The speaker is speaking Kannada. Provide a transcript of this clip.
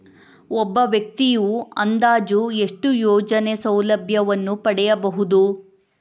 ಒಬ್ಬ ವ್ಯಕ್ತಿಯು ಅಂದಾಜು ಎಷ್ಟು ಯೋಜನೆಯ ಸೌಲಭ್ಯವನ್ನು ಪಡೆಯಬಹುದು?